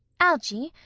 algy,